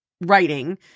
writing